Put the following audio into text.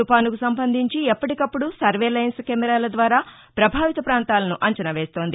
తుఫానుకు సంబంధించి ఎప్పటికప్పుడు సర్వే లైన్స్ కెమెరాల ద్వారా ప్రభావిత ప్రాంతాలను అంచనా వేస్తోంది